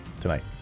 tonight